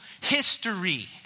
history